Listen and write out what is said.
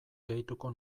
gehituko